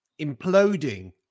imploding